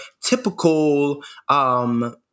typical